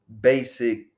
basic